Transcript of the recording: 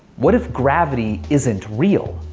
what if gravity isn't real?